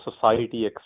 society